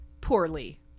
poorly